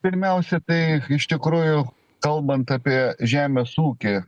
pirmiausia tai iš tikrųjų kalbant apie žemės ūkį